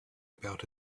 about